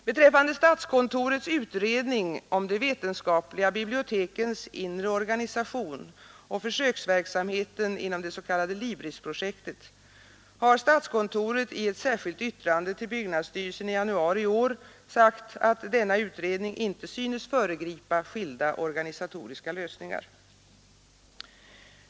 Beträffande statskontorets utredning om de vetenskapliga bibliotekens inre organisation och försöksverksamheten inom det s.k. LIBRIS-projektet har statskontoret i ett särskilt yttrande till byggnadsstyrelsen i januari i år sagt att denna utredning inte synes föregripa skilda organisatoriska lösningar.